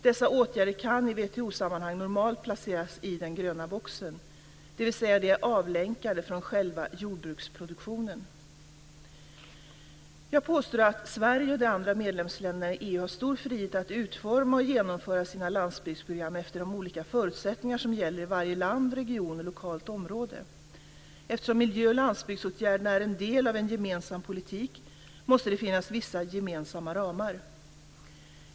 Dessa åtgärder kan i WTO sammanhang normalt placeras i den "gröna boxen", dvs. att de är avlänkade från själva jordbruksproduktionen. Jag påstår att Sverige och de andra medlemsländerna i EU har stor frihet att utforma och genomföra sina landsbygdsprogram efter de olika förut sättningar som gäller i varje land, region och lokalt område. Eftersom miljö och landsbygdsåtgärderna är en del av en gemensam politik måste det finnas vissa gemensamma ramar.